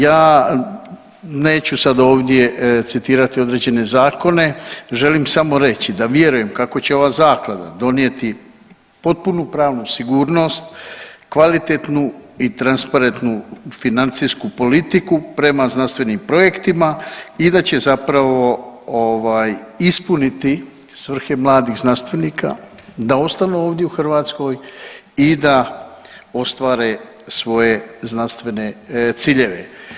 Ja neću sad ovdje citirati određene zakone, želim samo reći da vjerujem kako će ova zaklada donijeti potpunu pravnu sigurnost, kvalitetnu i transparentnu financijsku politiku prema znanstvenim projektima i da će zapravo ovaj ispuniti svrhe mladih znanstvenika da ostanu ovdje u Hrvatskoj i da ostvare svoje znanstvene ciljeve.